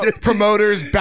Promoters